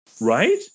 Right